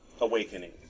awakening